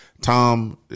Tom